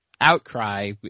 outcry